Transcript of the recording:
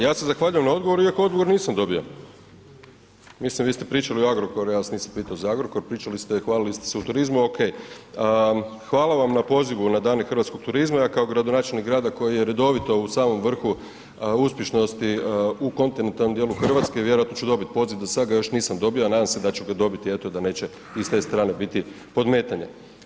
Ja se zahvaljujem na odgovoru iako odgovor nisam dobio, mislim, vi ste pričali o Agrokoru, ja vas nisam pitao za Agrokor, pričali ste i hvalili ste se o turizmu, ok, hvala vam na pozivu na Dane hrvatskog turizma, ja kao gradonačelnik grada koji je redovito u samom vrhu uspješnosti u kontinentalnom djelu Hrvatske, vjerojatno ću dobit poziv, do sada ga još nisam dobio ali nadam se da ću ga dobiti, eto da neće i s te strane biti podmetanja.